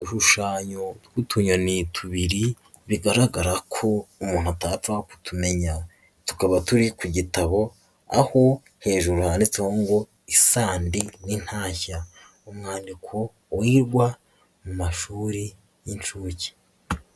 Udushushanyo tw'utunyoni tubiri bigaragara ko umuntu atapfa kutumenya, tukaba turi ku gitabo aho hejuru handitseho ngo isandi n'intashya, umwandiko wigwa mu mashuri y'inshuke.